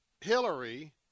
Hillary